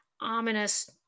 ominous